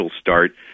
start